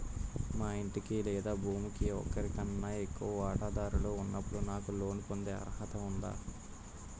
మా ఇంటికి లేదా భూమికి ఒకరికన్నా ఎక్కువ వాటాదారులు ఉన్నప్పుడు నాకు లోన్ పొందే అర్హత ఉందా?